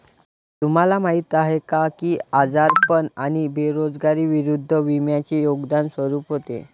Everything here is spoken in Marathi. तुम्हाला माहीत आहे का की आजारपण आणि बेरोजगारी विरुद्ध विम्याचे योगदान स्वरूप होते?